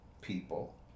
people